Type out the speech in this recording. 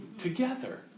together